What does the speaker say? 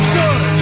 good